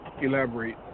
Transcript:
elaborate